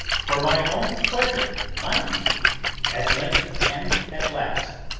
for my own pleasure, mind you at length and at last,